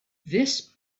this